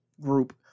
group